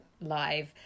live